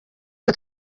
twe